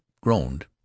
groaned